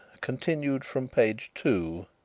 continued from page two.